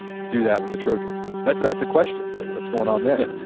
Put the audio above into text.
do that with the trojans? that's that's a question. say, what's going on there?